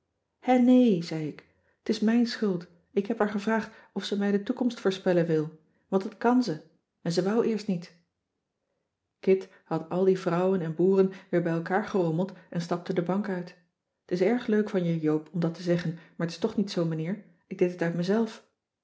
hè nee zei ik t is mijn schuld ik heb haar gevraagd of ze mij de toekomst voorspellen wil want dat kan ze en ze wou eerst niet kit had al die vrouwen en boeren weer bij elkaar gerommeld en stapte de bank uit t is erg leuk van je joop om dat te zeggen maar t is toch niet zoo meneer ik deed het uit mezelf